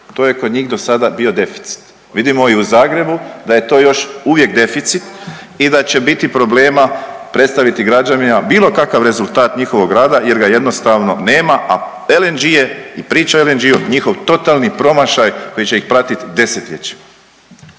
to je kod njih do sada bio deficit. Vidimo i u Zagrebu da je to još uvijek deficit i da će biti problema predstaviti građanima bilo kakav rezultat njihovog rada jer ga jednostavno nema, a LNG je i priča o LNG-u njihov totalni promašaj koji će ih pratiti desetljećima.